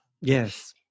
Yes